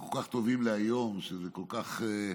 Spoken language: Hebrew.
שכל כך טובות להיום שזה כל כך,